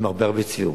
עם הרבה הרבה צביעות,